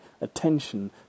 attention